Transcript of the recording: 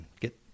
get